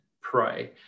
pray